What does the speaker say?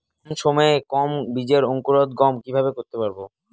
কম সময়ে গম বীজের অঙ্কুরোদগম কিভাবে করতে পারব?